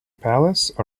palace